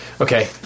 Okay